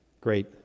great